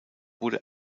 wurde